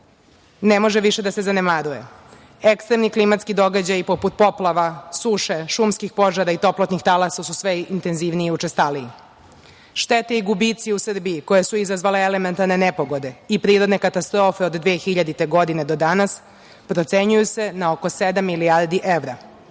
ne može više da se zanemaruje. Ekstremni klimatski događaji poput poplava, suše, šumskih požara i toplotnih talasa su sve intenzivniji i učestaliji. Štete i gubici u Srbiji koje su izazvale elementarne nepogode i prirodne katastrofe od 2000. godine do danas procenjuju se na oko sedam milijardi evra.